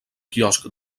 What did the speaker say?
quiosc